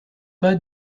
pas